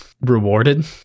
rewarded